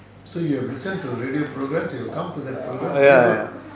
ya ya